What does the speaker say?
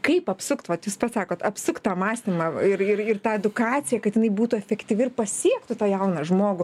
kaip apsukt vat jūs pats sakot apsukt tą mąstymą ir ir ir tą edukaciją kad jinai būtų efektyvi ir pasiektų tą jauną žmogų